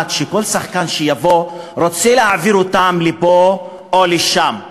שחקן שיבוא רוצה להעביר אותם לפה או לשם.